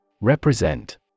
Represent